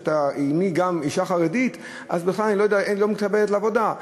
אם היא גם אישה חרדית אז בכלל היא לא מתקבלת לעבודה.